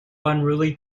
unruly